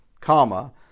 comma